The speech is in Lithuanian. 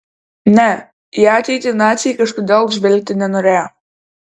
ne į ateitį naciai kažkodėl žvelgti nenorėjo